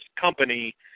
company